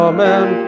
Amen